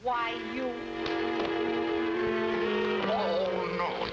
why you know